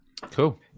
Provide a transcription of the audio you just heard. Cool